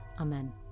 Amen